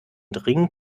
dringend